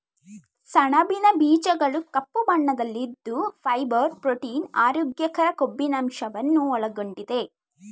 ಸಣಬಿನ ಬೀಜಗಳು ಕಪ್ಪು ಬಣ್ಣದಲ್ಲಿದ್ದು ಫೈಬರ್, ಪ್ರೋಟೀನ್, ಆರೋಗ್ಯಕರ ಕೊಬ್ಬಿನಂಶವನ್ನು ಒಳಗೊಂಡಿದೆ